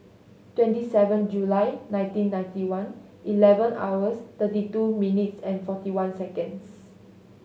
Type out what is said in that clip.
twenty seven July nineteen ninety one eleven hours thirty two minutes and forty one seconds